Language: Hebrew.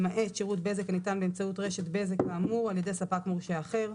למעט שירות בזק הניתן באמצעות רשת בזק כאמור על ידי ספק מורשה אחר,